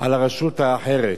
על הרשות האחרת.